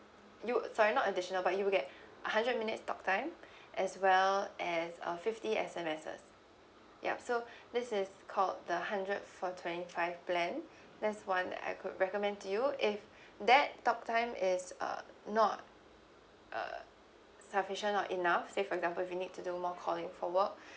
you sorry not additional but you will get hundred minutes talk time as well as a fifty S_M_Ses ya so this is called the hundred for twenty five plan there's one I could recommend to you if that talk time is uh not uh sufficient or enough say for example if you need to do more calling for work